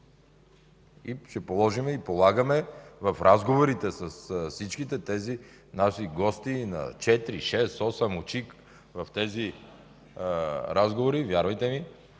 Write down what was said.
Ще положим и полагаме в разговорите с всички тези наши гости на 4, 6 и 8 очи в тези разговори, вярвайте ми,